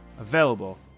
available